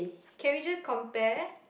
can we just compare